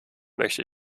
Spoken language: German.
möchte